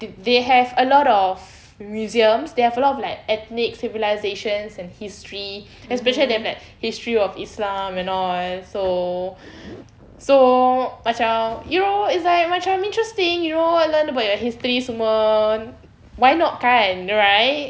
the they have a lot of museums they have a lot of ethnic civilisations and history especially they have like history of islam and all so so macam you know it's like macam interesting you know learn about your history semua why not kan right